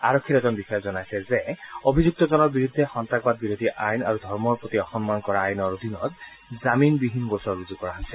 আৰক্ষীৰ এজন বিষয়াই জনাইছে যে অভিযুক্তজনৰ বিৰুদ্ধে সন্ত্ৰাসবিৰোধী আইন আৰু ধৰ্মৰ প্ৰতি অসন্মান কৰা আইনৰ অধীনত জামিনবিহীন গোচৰ ৰুজু কৰা হৈছে